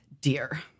dear